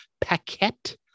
Paquette